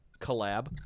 collab